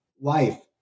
life